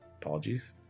apologies